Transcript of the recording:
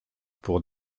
pour